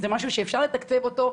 זה משהו שאפשר לתקצב אותו,